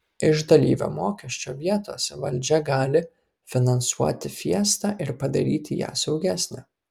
iš dalyvio mokesčio vietos valdžia gali finansuoti fiestą ir padaryti ją saugesnę